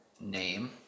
name